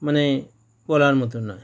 মানে বলার মতো নয়